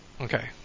Okay